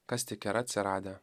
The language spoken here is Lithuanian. kas tik yra atsiradę